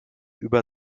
über